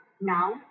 now